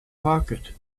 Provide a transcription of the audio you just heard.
pocket